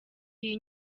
iyi